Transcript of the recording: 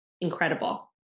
incredible